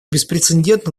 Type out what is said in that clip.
беспрецедентно